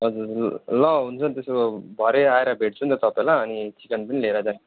हजुर ल हुन्छ नि त्यसो भए भरे आएर भेट्छु नि त तपाईँलाई अनि चिकन पनि लिएर जान्छु